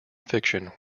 fiction